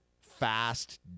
fast